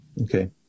Okay